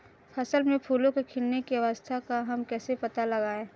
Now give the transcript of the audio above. फसल में फूलों के खिलने की अवस्था का हम कैसे पता लगाएं?